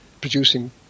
producing